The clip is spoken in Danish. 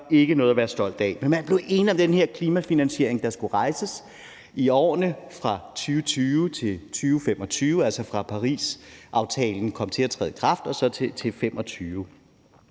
ikke noget at være stolt af. Men man blev enig om den her klimafinansiering, der skulle rejses i årene fra 2020 til 2025, altså fra Parisaftalen kom til at træde i kraft og så til 2025.